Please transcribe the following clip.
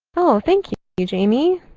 oh, thank you, jamie.